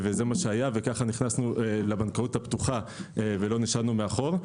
כך נכנסנו לבנקאות הפתוחה ולא נשארנו מאחור.